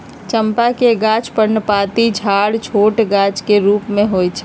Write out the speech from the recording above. चंपा के गाछ पर्णपाती झाड़ छोट गाछ के रूप में होइ छइ